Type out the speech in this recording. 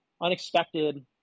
unexpected